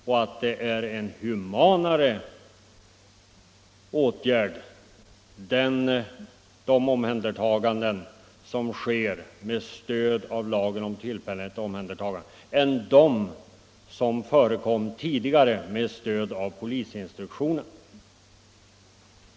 De omhändertaganden som sker med stöd av lagen om tillfälligt omhändertagande är humanare än de som förekom tidigare med stöd av polisinstruktionen.